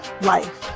life